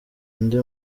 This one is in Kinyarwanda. ndi